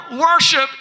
worship